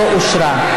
לא נתקבלה.